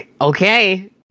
Okay